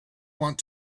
want